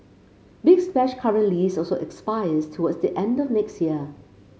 big Splash's current lease also expires towards the end of next year